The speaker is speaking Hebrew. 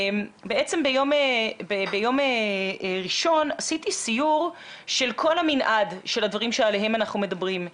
בעצם ביום ראשון עשיתי סיור של כל המנעד של הדברים שעליהם אנחנו מדברים,